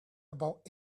about